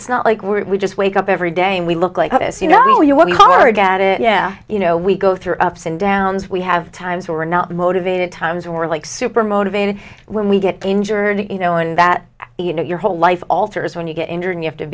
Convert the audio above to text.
it's not like we we just wake up every day and we look like this you know you work hard at it yeah you know we go through ups and downs we have times we're not motivated times or like super motivated when we get injured you know and that you know your whole life alters when you get injured you have to